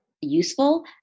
useful